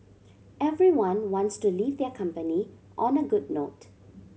everyone wants to leave their company on a good note